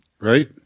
Right